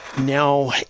now